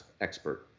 expert